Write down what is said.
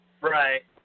Right